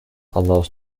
allows